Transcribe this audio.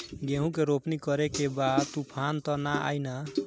गेहूं के रोपनी करे के बा तूफान त ना आई न?